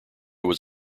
was